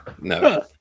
no